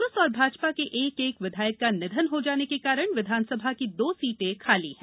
कांग्रेस और भाजपा के एक एक विधायक का निधन हो जाने के कारण विधानसभा की दो सीटें खाली हैं